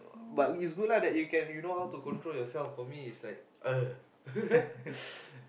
but is good lah that you can control you know how to control yourself for me is like